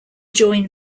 join